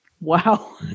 wow